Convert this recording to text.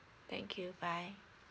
thank you bye